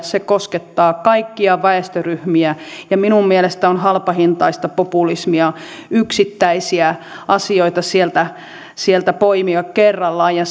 se koskettaa kaikkia väestöryhmiä minun mielestäni on halpahintaista populismia yksittäisiä asioita sieltä sieltä poimia kerrallaan ja